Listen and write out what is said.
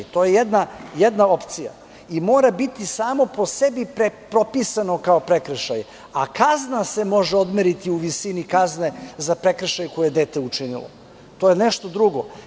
To je jedna od opcija, i mora biti samo po sebi propisano kao prekršaj, a kazna se može odmeriti u visini kazne za prekršaj koji je dete učinilo, to je nešto drugo.